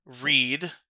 read